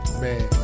man